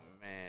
man